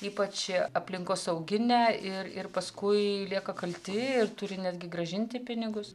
ypač aplinkosauginę ir ir paskui lieka kalti ir turi netgi grąžinti pinigus